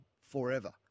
forever